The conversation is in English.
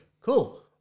cool